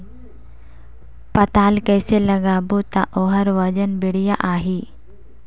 पातल कइसे लगाबो ता ओहार वजन बेडिया आही?